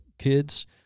kids